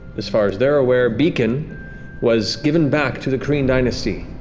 as far as they're aware, beacon was given back to the kryn dynasty,